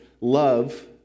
love